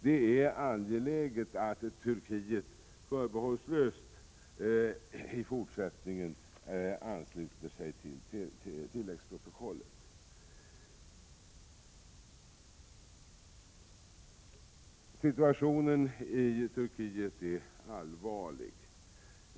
Det är angeläget att Turkiet i fortsättningen förbehållslöst ansluter sig till tilläggsprotokollet. Situationen i Turkiet är allvarlig.